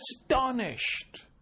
astonished